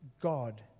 God